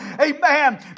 Amen